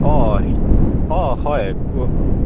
অঁ অঁ হয় কৈ